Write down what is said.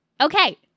Okay